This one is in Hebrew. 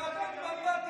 העניין הוא,